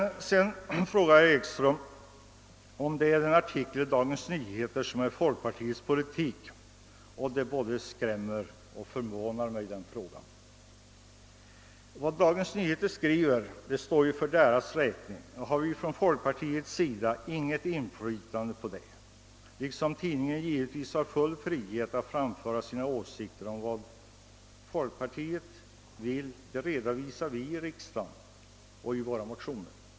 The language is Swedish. Herr Ekström undrade vidare om en viss artikel i Dagens Nyheter är ett uttryck för folkpartiets politik. Detta både skrämmer och förvånar mig. Vad Dagens Nyheter skriver står för dess räkning. Folkpartiet har inget inflytande över det; tidningen har givetvis full frihet att framföra sina åsikter. Vad folkpartiet vill redovisar vi t.ex. i våra motioner i riksdagen.